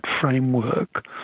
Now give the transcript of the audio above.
framework